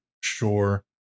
sure